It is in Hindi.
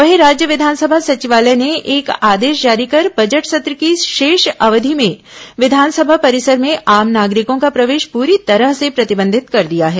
वहीं राज्य विधानसभा सचिवालय ने एक आदेश जारी कर बजट सत्र की शेष अवधि में विधानसभा परिसर में आम नागरिको का प्रवेश पूरी तरह से प्रतिबंधित कर दिया है